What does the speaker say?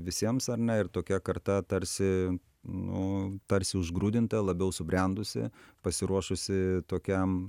visiems ar ne ir tokia karta tarsi nu tarsi užgrūdinta labiau subrendusi pasiruošusi tokiam